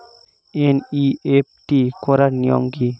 NEFT করার নিয়ম কী?